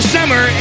Summer